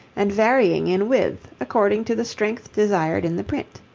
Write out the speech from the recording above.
and varying in width according to the strength desired in the print.